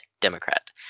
Democrat